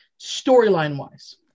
storyline-wise